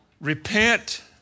Repent